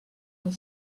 del